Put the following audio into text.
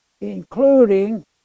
including